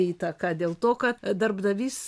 įtaka dėl to kad darbdavys